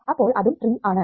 അപ്പോൾ ഇതും ട്രീ ആണ്